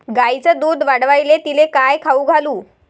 गायीचं दुध वाढवायले तिले काय खाऊ घालू?